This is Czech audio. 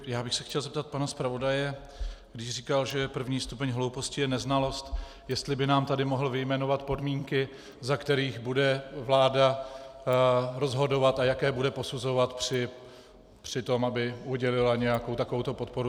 Chtěl bych se zeptat pana zpravodaje, když říkal, že první stupeň hlouposti je neznalost, jestli by nám tady mohl vyjmenovat podmínky, za kterých bude vláda rozhodovat a jak je bude posuzovat při tom, aby udělila nějakou takovouto podporu.